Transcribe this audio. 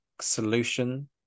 solution